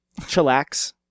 Chillax